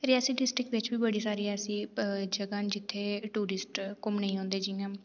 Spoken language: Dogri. रियी डिस्ट्रिक्ट बिच बी बड़ी सारी ऐसी जगहां न जित्थै टुरिस्ट घुम्मने गी औंदे जि'यां